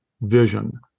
vision